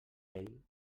vell